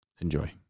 enjoy